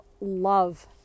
love